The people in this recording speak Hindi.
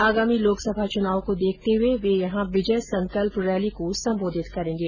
आगामी लोकसभा चुनाव को देखते हुए वे यहां विजय संकल्प रैली को संबोधित करेंगे